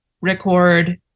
record